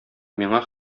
миңа